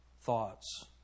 thoughts